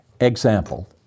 Example